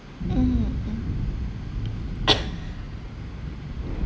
mm mm